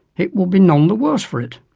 it would be none the worse for it.